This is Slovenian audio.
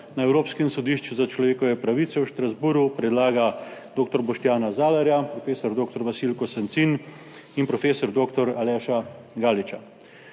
na Evropskem sodišču za človekove pravice v Strasbourgu predlaga dr. Boštjana Zalarja, prof. dr. Vasilko Sancin in prof. dr. Aleša Galiča.